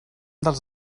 dels